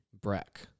Breck